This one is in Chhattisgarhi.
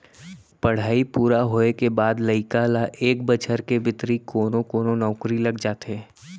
पड़हई पूरा होए के बाद लइका ल एक बछर के भीतरी कोनो कोनो नउकरी लग जाथे